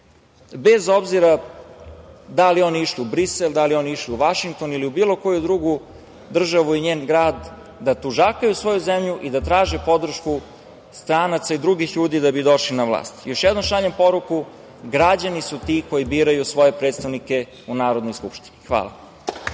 bez obzira da li oni išli u Brisel, da li oni išli u Vašington ili u bilo koju drugu državu i njen grad da tužakaju svoju zemlju i da traže podršku stranaca i drugih ljudi da bi došli na vlast. Još jednom šaljem poruku, građani su ti koji biraju svoje poslanike u Narodnoj skupštini. Hvala.